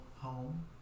home